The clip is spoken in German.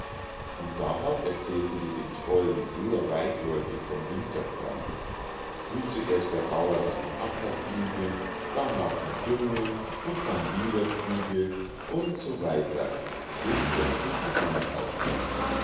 und darauf erzählte sie dem trollen sehr weitläufig vom winterkorn wie zuerst der bauer seinen acker pflüge darnach ihn dünge und dann wieder pflüge u s w bis plötzlich die sonne aufging